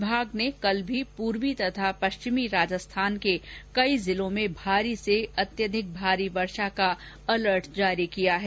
विभाग ने कल भी पूर्वी तथा पश्चिमी राजस्थान के कई जिलों में भारी से अत्यंत भारी वर्षा का अलर्ट जारी किया है